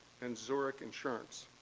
and zurich insurance.